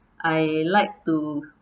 I like to